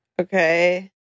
okay